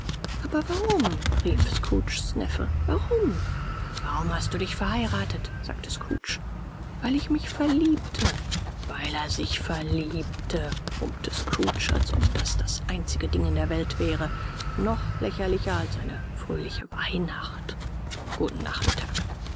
aber warum rief scrooges neffe warum warum hast du dich verheiratet sagte scrooge weil ich mich verliebte weil er sich verliebte brummte scrooge als ob das das einzige ding in der welt wäre noch lächerlicher als eine fröhliche weihnacht guten nachmittag